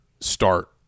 start